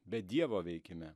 bet dievo veikime